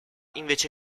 invece